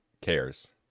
cares